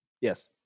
Yes